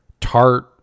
tart